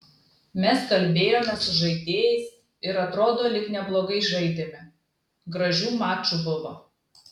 mes kalbėjomės su žaidėjais ir atrodo lyg neblogai žaidėme gražių mačų buvo